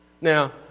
Now